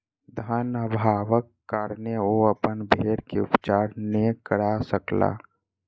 धन अभावक कारणेँ ओ अपन भेड़ के उपचार नै करा सकला